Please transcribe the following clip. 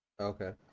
Okay